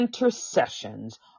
intercessions